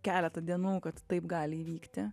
keletą dienų kad taip gali įvykti